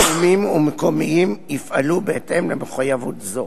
לאומיים ומקומיים, יפעלו בהתאם למחויבות זו.